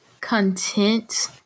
content